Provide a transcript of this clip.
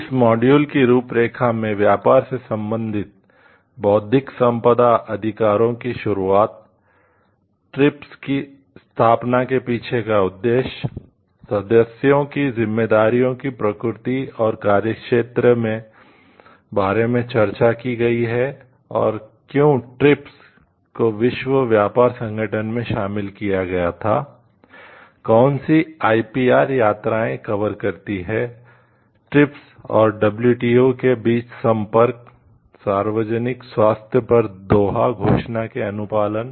इस मॉड्यूल की रूपरेखा में व्यापार से संबंधित बौद्धिक संपदा अधिकारों की शुरूआत ट्रिप्स घोषणा के अनुपालन